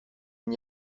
n’y